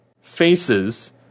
faces